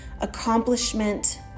accomplishment